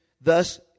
thus